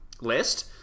list